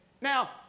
Now